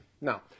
Now